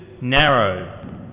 narrow